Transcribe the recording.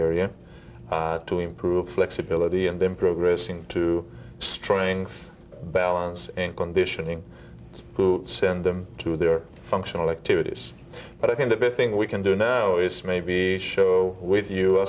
area to improve flexibility and then progressing to strength balance and conditioning to send them to their functional activities but i think the best thing we can do now is maybe show with